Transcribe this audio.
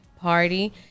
party